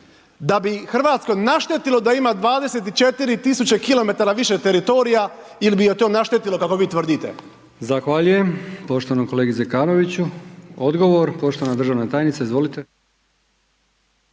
da bi Hrvatskoj naštetilo da ima 24 tisuće kilometara više teritorija ili bi joj to naštetilo kako vi tvrdite? **Brkić, Milijan (HDZ)** Zahvaljujem poštovanom kolegi Zekanoviću. Odgovor poštovana državna tajnica. Izvolite.